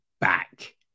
back